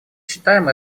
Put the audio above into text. считаем